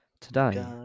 Today